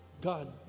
God